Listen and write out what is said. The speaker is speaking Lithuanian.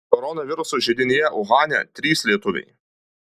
koronaviruso židinyje uhane trys lietuviai